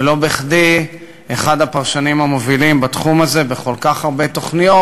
ולא בכדי אחד הפרשנים המובילים בתחום הזה בכל כך הרבה תוכניות,